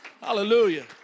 Hallelujah